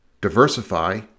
Diversify